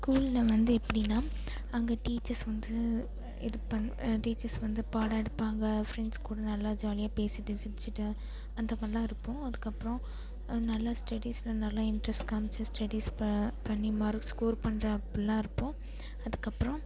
ஸ்கூலில் வந்து எப்படின்னா அங்கே டீச்சர்ஸ் வந்து இது பண் டீச்சர்ஸ் வந்து பாடம் எடுப்பாங்க ஃப்ரெண்ட்ஸ் கூட நல்லா ஜாலியாக பேசிகிட்டு சிரிச்சிட்டு அந்தமாதிரிலாம் இருப்போம் அதுக்கப்புறம் நல்லா ஸ்டெடிஸில் நல்லா இன்ட்ரஸ்ட் காமித்து ஸ்டெடிஸ் ப பண்ணி மார்க் ஸ்கோர் பண்ணுற அப்போல்லாம் இருப்போம் அதுக்கப்புறம்